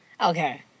Okay